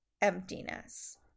emptiness